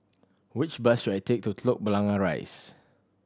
which bus should I take to Telok Blangah Rise